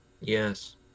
Yes